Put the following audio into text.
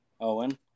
Owen